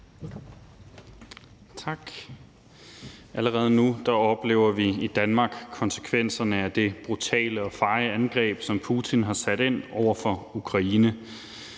Tak. Allerede nu oplever vi i Danmark konsekvenserne af det brutale og feje angreb, som Putin har sat ind over for Ukraine.